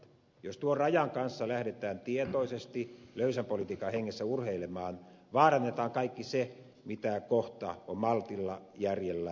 jos tuon rajan kanssa lähdetään tietoisesti löysän politiikan hengessä urheilemaan vaarannetaan kaikki se mitä kohta on maltilla järjellä ja yhteisvastuulla rakennettu